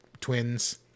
twins